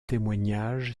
témoignage